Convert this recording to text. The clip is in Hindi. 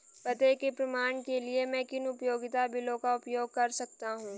पते के प्रमाण के लिए मैं किन उपयोगिता बिलों का उपयोग कर सकता हूँ?